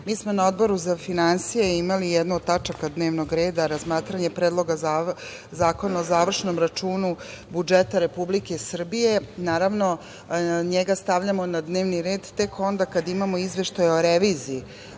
mi smo na Odboru za finansije imali jednu od tačaka dnevnog reda – Razmatranje Predloga zakona o završnom računu budžeta Republike Srbije. Naravno, njega stavljamo na dnevni red tek onda kad imamo izveštaj o reviziji